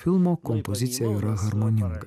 filmo kompozicija yra harmoninga